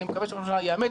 אני מקווה שראש הממשלה יאמץ.